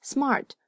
Smart